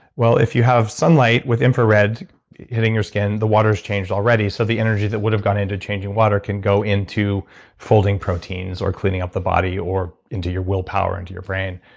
if you have sunlight with infrared hitting your skin, the water has changed already, so the energy that would have gone into changing water can go into folding proteins or cleaning up the body or into your will power, into your brain.